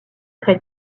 très